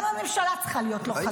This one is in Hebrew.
גם הממשלה צריכה להיות לא חזירה.